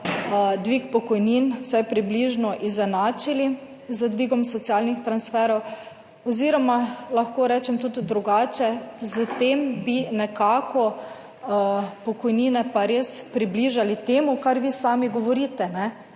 dvig pokojnin vsaj približno izenačili z dvigom socialnih transferov oziroma lahko rečem tudi drugače, s tem bi nekako pokojnine pa res približali temu, kar vi sami govorite,